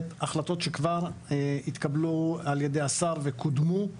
החלטות שכבר התקבלו על ידי השר וקודמו,